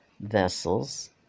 vessels